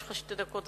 יש לך שתי דקות,